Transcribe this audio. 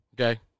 okay